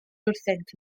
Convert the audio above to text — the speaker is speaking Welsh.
wrthynt